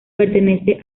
pertenece